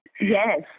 Yes